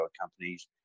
companies